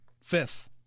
fifth